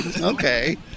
Okay